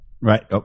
Right